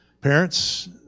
parents